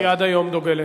היא עד היום דוגלת.